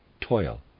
Toil